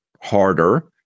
harder